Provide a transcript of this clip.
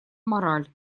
мораль